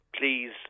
please